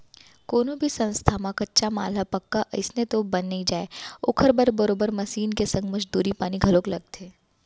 कोनो भी संस्था म कच्चा माल ह पक्का अइसने तो बन नइ जाय ओखर बर बरोबर मसीन के संग मजदूरी पानी घलोक लगथे